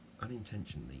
unintentionally